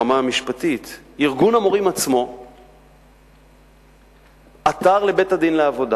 ברמה המשפטית: ארגון המורים עצמו עתר לבית-הדין לעבודה